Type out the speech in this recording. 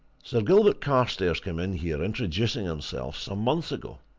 sir gilbert carstairs came in here, introducing himself, some months ago.